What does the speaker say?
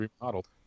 remodeled